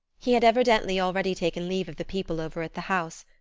he had evidently already taken leave of the people over at the house,